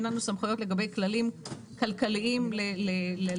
אין לנו סמכויות לגבי כללים כלכליים למשק.